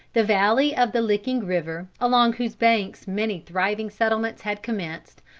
the valley of the licking river, along whose banks many thriving settlements had commenced,